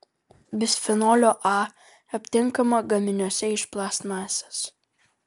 bisfenolio a aptinkama gaminiuose iš plastmasės